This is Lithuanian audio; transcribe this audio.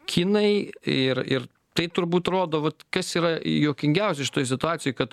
kinai ir ir tai turbūt rodo vat kas yra juokingiausia šitoj situacijoj kad